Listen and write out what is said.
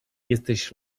jesteś